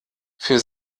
für